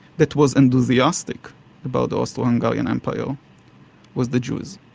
that was enthusiastic about the austro-hungarian empire was the jews.